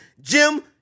Jim